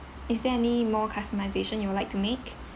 is there any more customization you would like to make